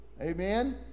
Amen